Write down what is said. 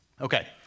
Okay